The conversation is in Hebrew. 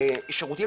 שירותים,